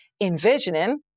envisioning